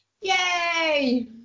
yay